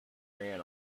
ran